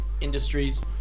industries